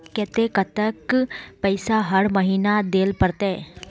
केते कतेक पैसा हर महीना देल पड़ते?